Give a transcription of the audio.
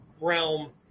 realm